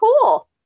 cool